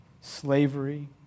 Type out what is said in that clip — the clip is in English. slavery